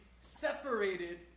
separated